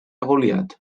goliat